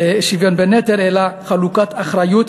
אלא חלוקת אחריות,